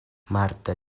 marta